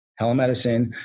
telemedicine